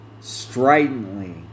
stridently